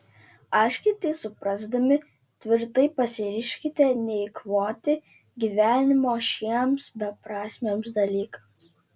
aiškiai tai suprasdami tvirtai pasiryžkite neeikvoti gyvenimo šiems beprasmiams dalykams